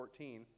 2014